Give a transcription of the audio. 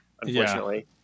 unfortunately